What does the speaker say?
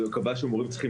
הוא קבע שמורים צריכים